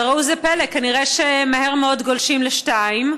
וראו זה פלא, כנראה שמהר מאוד גולשים ל-2.